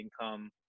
income